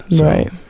Right